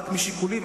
רק משיקולים,